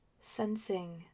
Sensing